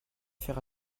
faire